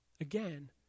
again